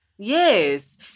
Yes